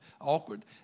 awkward